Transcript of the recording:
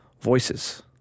voices